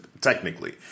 technically